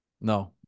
No